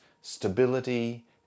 stability